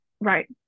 right